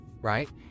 right